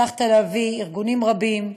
הצלחת להביא ארגונים רבים,